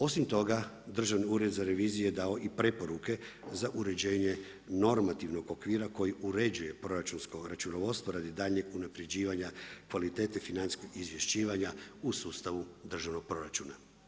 Osim toga, Državni ured za reviziju je dao i preporuke za uređenje normativnog okvira koji uređuje proračunsko računovodstvo radi daljnjeg unapređivanja kvalitete financijskog izvješćivanja u sustavu državnog proračuna.